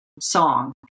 song